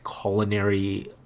culinary